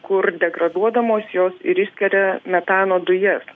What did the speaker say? kur degraduodamos jos ir išskiria metano dujas